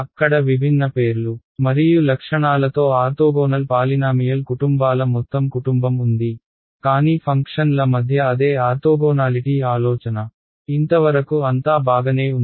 అక్కడ విభిన్న పేర్లు మరియు లక్షణాలతో ఆర్తోగోనల్ పాలినామియల్ కుటుంబాల మొత్తం కుటుంబం ఉంది కానీ ఫంక్షన్ల మధ్య అదే ఆర్తోగోనాలిటీ ఆలోచన ఇంతవరకు అంతా బాగనే ఉంది